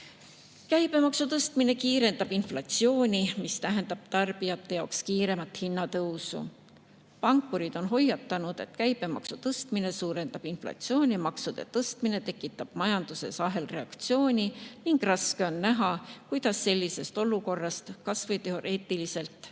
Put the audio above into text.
Käibemaksu tõstmine kiirendab inflatsiooni, mis tähendab tarbijate jaoks kiiremat hinnatõusu. Pankurid on hoiatanud, et käibemaksu tõstmine suurendab inflatsiooni ja maksude tõstmine tekitab majanduses ahelreaktsiooni. Raske on näha, kuidas sellisest olukorrast keegi kas või teoreetiliselt võidaks.